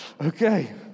Okay